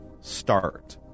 start